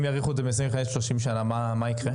אם יאריכו את זה מ-30 ל-35 שנה, מה יקרה?